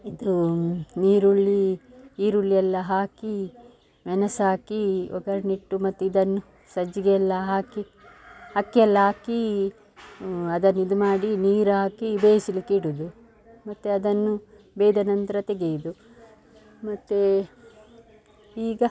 ಇದು ಈರುಳ್ಳಿ ಈರುಳ್ಳಿ ಎಲ್ಲ ಹಾಕಿ ಮೆಣಸು ಹಾಕಿ ಒಗ್ಗರಣೆ ಇಟ್ಟು ಮತ್ತು ಇದನ್ನು ಸಜ್ಜಿಗೆ ಎಲ್ಲ ಹಾಕಿ ಅಕ್ಕಿ ಎಲ್ಲ ಹಾಕೀ ಅದನ್ನು ಇದು ಮಾಡಿ ನೀರಾಕಿ ಬೇಯಿಸ್ಲಿಕ್ಕೆ ಇಡುವುದು ಮತ್ತು ಅದನ್ನು ಬೇಯ್ದ ನಂತರ ತೆಗೆಯುವುದು ಮತ್ತು ಈಗ